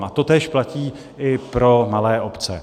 A totéž platí i pro malé obce.